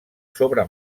sobre